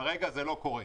כרגע זה לא קורה.